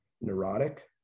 neurotic